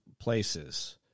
places